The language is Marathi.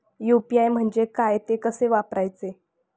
यु.पी.आय म्हणजे काय, ते कसे वापरायचे?